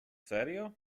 serio